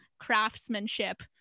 craftsmanship